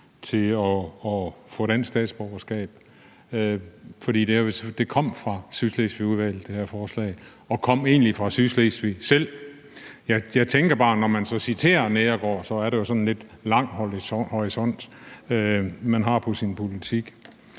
til at få dansk statsborgerskab, for det her forslag kom fra Sydslesvigudvalget – og kom egentlig fra Sydslesvig selv. Jeg tænker bare, at man, når man citerer Neergaard, har en lidt lang horisont på sin politik.